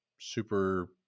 super